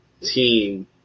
team